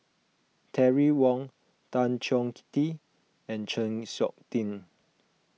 Terry Wong Tan Chong Tee and Chng Seok Tin